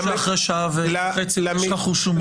אחרי שעה וחצי יש לך חוש הומור.